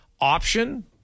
option